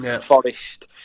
forest